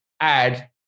add